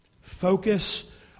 Focus